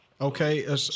Okay